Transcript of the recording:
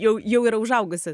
jau jau yra užaugusi